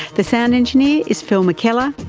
the sound engineer is phil mckellar.